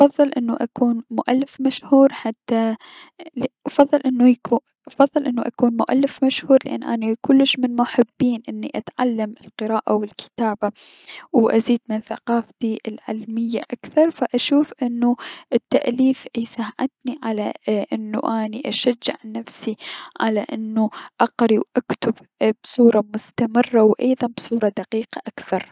افضل انو اكون مؤلف مشهور لأن اني كلش من محبي اني اتعلم القراءة و الكتابة و ان ازيد من ثقافتي العلمية اكثر، فأشوف انو التأليف يساعدني على انو اشجع نفسي على انو اقري و اكتب بصورة مستمرة و ايضا بصورة دقيقة اكثر.